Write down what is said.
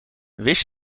wist